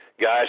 guys